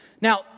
Now